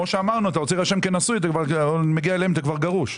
אתה רוצה להירשם כנשוי - מגיע אליהם גרוש.